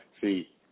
See